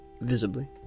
Visibly